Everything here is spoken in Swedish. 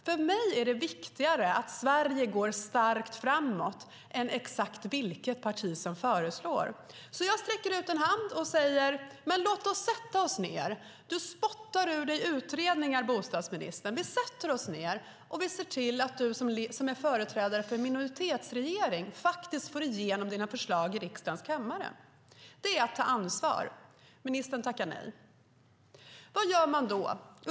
För mig är det viktigare att Sverige går starkt framåt än exakt vilket parti som föreslår något. Jag sträcker ut en hand och säger: Låt oss sätta oss ned. Du spottar ur dig utredningar, bostadsministern. Vi sätter oss ned och ser till att du som är företrädare för en minoritetsregering får igenom dina förslag i riksdagens kammare. Det är att ta ansvar, men ministern tackar nej. Vad gör man då?